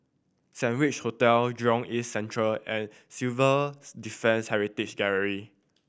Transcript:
Saint Regi Hotel Jurong East Central and Civils Defence Heritage Gallery